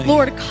Lord